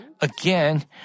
Again